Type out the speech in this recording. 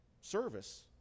service